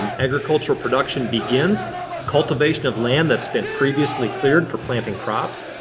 um agricultural production begins cultivation of land that's been previously cleared for planting crops.